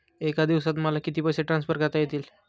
एका दिवसात मला किती पैसे ट्रान्सफर करता येतील?